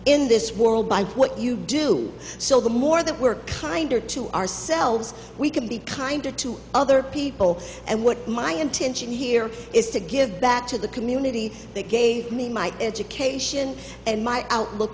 in this world by what you do so the more that work kinder to ourselves we can be kinder to other people and what my intention here is to give back to the community they gave me my education and my outlook